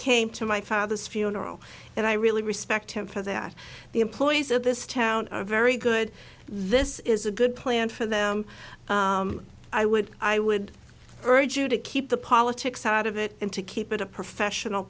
came to my father's funeral and i really respect him for that the employees of this town a very good this is a good plan for them i would i would urge you to keep the politics out of it and to keep it a professional